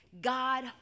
God